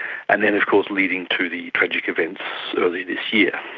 and then of course leading to the tragic events early this year.